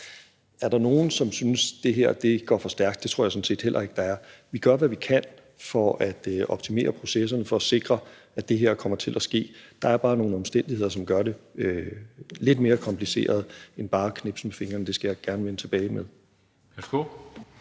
Er der nogen, som synes, at det går for stærkt? Det tror jeg sådan set heller ikke der er. Vi gør, hvad vi kan, for at optimere processerne for at sikre, at det her kommer til at ske. Der er bare nogle omstændigheder, som gør det lidt mere kompliceret end bare at knipse med fingrene. Det skal jeg gerne vende tilbage til.